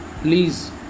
please